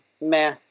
meh